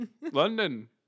London